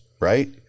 right